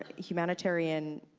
humanitarian